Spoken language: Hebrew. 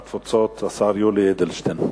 והתפוצות, השר יולי אדלשטיין.